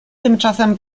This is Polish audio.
tymczasem